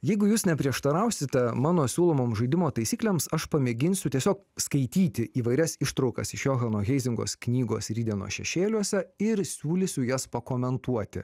jeigu jūs neprieštarausite mano siūlomom žaidimo taisyklėms aš pamėginsiu tiesiog skaityti įvairias ištraukas iš johano heizingos knygos rytdienos šešėliuose ir siūlysiu jas pakomentuoti